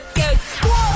go